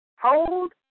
Hold